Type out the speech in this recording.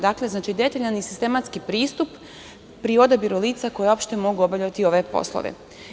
Dakle, detaljan i sistematski pristup pri odabiru lica koji opšte mogu obavljati ove poslove.